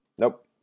Nope